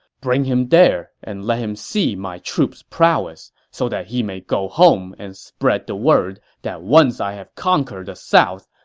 bring him then and let him see my troops' prowess, so that he may go home and spread the word that once i have conquered the south,